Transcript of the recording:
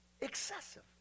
excessive